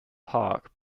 park